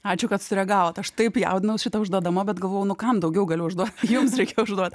ačiū kad sureagavot aš taip jaudinaus šitą užduodama bet galvojau nu kam daugiau galiu užduot jums reikia užduot